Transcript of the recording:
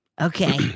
Okay